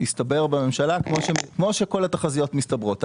יסתבר בממשלה, כמו שכל התחזיות מסתברות.